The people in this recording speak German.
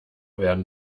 werden